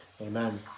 amen